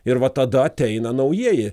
ir va tada ateina naujieji